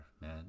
man